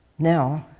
now,